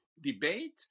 debate